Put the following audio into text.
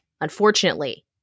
unfortunately